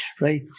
Right